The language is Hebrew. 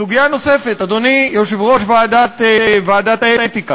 סוגיה נוספת, אדוני יושב-ראש ועדת האתיקה,